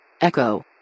Echo